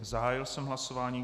Zahájil jsem hlasování.